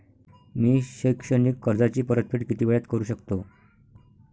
मी शैक्षणिक कर्जाची परतफेड किती वेळात करू शकतो